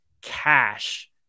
cash